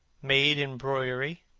made in broidery,